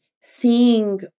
seeing